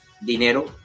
dinero